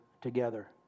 together